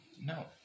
No